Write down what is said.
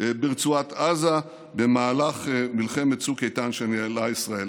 ברצועת עזה במהלך מלחמת צוק איתן שניהלה ישראל.